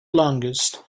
longest